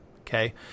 Okay